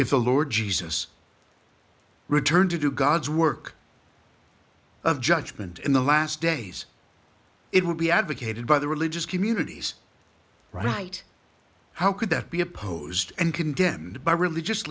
if the lord jesus returned to do god's work of judgement in the last days it would be advocated by the religious communities right how could that be opposed and condemned by religious